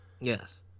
Yes